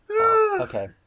Okay